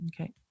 Okay